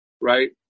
Right